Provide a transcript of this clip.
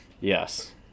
yes